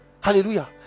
Hallelujah